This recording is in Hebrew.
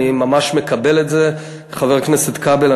אני ממש מקבל את זה, חבר הכנסת כבל.